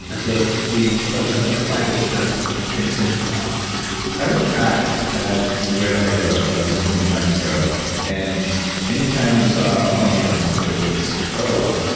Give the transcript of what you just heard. and so the photosynthetic cycles then can can spin up i look back at where i grew up. i was in new mexico and anytime we saw a mushroom it was, oh,